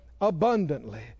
abundantly